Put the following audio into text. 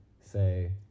say